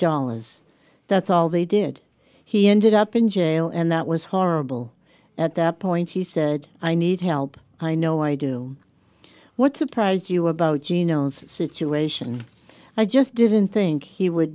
dollars that's all they did he ended up in jail and that was horrible at that point he said i need help i know i do what surprised you about genomes situation i just didn't think he would